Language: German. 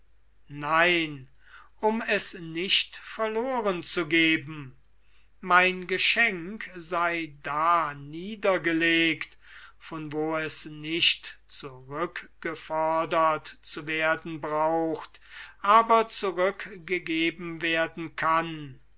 nein um es nicht verloren zu geben mein geschenk sei da niedergelegt von wo es nicht zurückgefordert zu werden braucht aber zurückgegeben werden kann